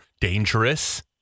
dangerous